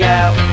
out